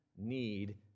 need